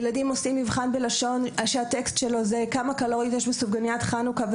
ילדים עושים מבחן בלשון שהטקסט שלו זה כמה קלוריות יש בסופגניית חנוכה,